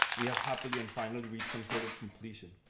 we have happily and finally reach some sort of completion.